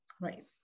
Right